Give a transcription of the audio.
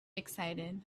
excited